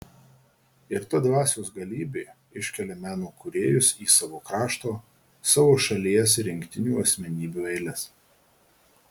ir ta dvasios galybė iškelia meno kūrėjus į savo krašto savo šalies rinktinių asmenybių eiles